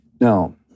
Now